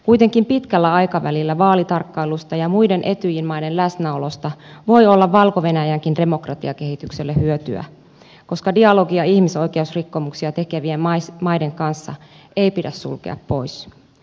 kuitenkin pitkällä aikavälillä vaalitarkkailusta ja muiden etyj maiden läsnäolosta voi olla valko venäjänkin demokratiakehitykselle hyötyä koska dialogia ihmisoikeusrikkomuksia tekevien maiden kanssa ei pidä sulkea pois